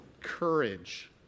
courage